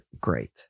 Great